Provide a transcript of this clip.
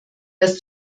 dass